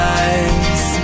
eyes